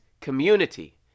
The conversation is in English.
community